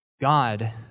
God